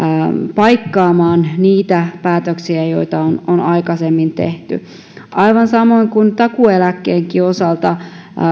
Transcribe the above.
paikkaamaan niitä päätöksiä joita on on aikaisemmin tehty aivan samoin kuin takuueläkkeenkin osalta